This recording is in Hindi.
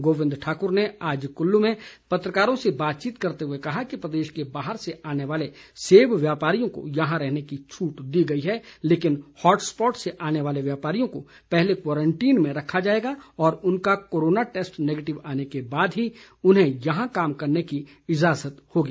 गोविंद ठाकुर ने आज कुल्लू में पत्रकारों से बातचीत करते हुए कहा कि प्रदेश के बाहर से आने वाले सेब व्यापारियों को यहां रहने की छूट दी गई है लेकिन हॉट स्पॉट से आने वाले व्यापारियों को पहले क्वारंटीन में रखा जाएगा और उनका कोरोना टैस्ट नैगेटिव आने को बाद ही उन्हें यहां काम करने की इज़ाजत होगी